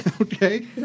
Okay